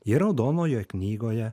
ji raudonoj knygoje